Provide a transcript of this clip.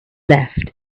left